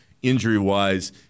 Injury-wise